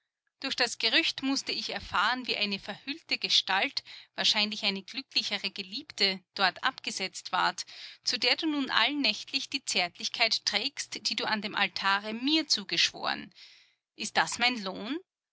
durch das gerücht mußte ich erfahren wie eine verhüllte gestalt wahrscheinlich eine glücklichere geliebte dort abgesetzt ward zu der du nun allnächtlich die zärtlichkeit trägst die du an dem altare mir zugeschworen ist das mein lohn